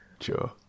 Sure